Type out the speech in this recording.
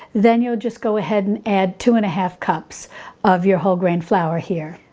then you'll just go ahead and add two and a half cups of your whole grain flour here.